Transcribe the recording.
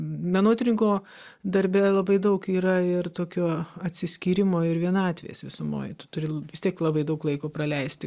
menotyrininko darbe labai daug yra ir tokio atsiskyrimo ir vienatvės visumoj tu turi vis tiek labai daug laiko praleisti